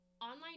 online